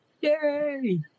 Yay